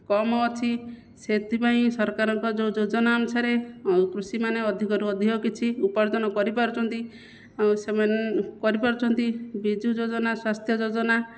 କମ୍ ଅଛି ସେଥିପାଇଁ ସରକାରଙ୍କ ଯେଉଁ ଯୋଜନା ଅନୁସାରେ ଆଉ କୃଷକମାନେ ଅଧିକରୁ ଅଧିକ କିଛି ଉପାର୍ଜନ କରିପାରୁଛନ୍ତି ଆଉ କରି ପାରୁଛନ୍ତି ବିଜୁ ଯୋଜନା ସ୍ୱାସ୍ଥ୍ୟ ଯୋଜନା